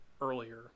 earlier